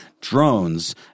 drones